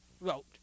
wrote